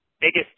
biggest